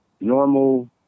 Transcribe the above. normal